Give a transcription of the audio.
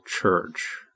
Church